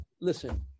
listen